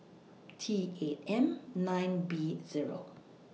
T eight M nine B Zero